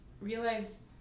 realize